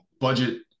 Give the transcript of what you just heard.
budget